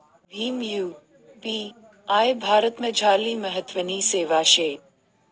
Bhim UPI भारतमझारली महत्वनी सेवा शे